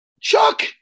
Chuck